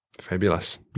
fabulous